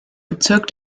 bezirk